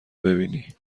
ببینی